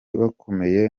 bakomeye